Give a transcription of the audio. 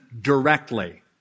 directly